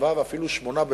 7 ואפילו 8 מיליונים,